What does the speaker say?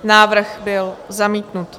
Návrh byl zamítnut.